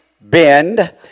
bend